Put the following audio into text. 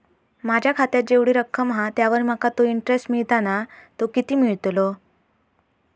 माझ्या खात्यात जेवढी रक्कम हा त्यावर माका तो इंटरेस्ट मिळता ना तो किती मिळतलो?